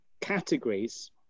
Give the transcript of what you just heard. categories